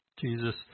Jesus